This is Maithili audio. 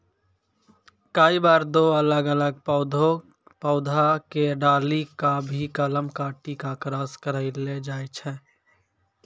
कई बार दो अलग अलग पौधा के डाली कॅ भी कलम काटी क क्रास करैलो जाय छै